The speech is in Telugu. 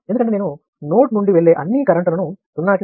ఎందుకంటే నేను నోడ్ నుండి వెళ్లే అన్ని కరెంట్లను సున్నాకి సమానం చేశాను